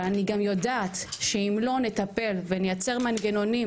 אבל אני גם יודעת שאם לא נטפל ונייצר מנגנונים